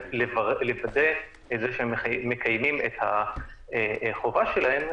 לוודא את זה שהם מקיימים את החובה שלהם,